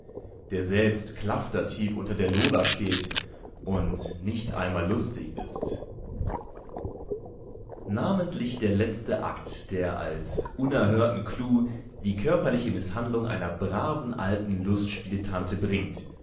der selbst klaftertief unter der lola steht und nicht einmal lustig ist namentlich der letzte akt der als unerhörten clou die körperliche mißhandlung einer braven alten lustspieltante bringt